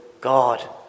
God